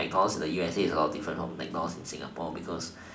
mcdonalds in the U_S_A is a lot different from the mcdonalds in singapore because